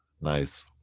nice